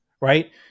right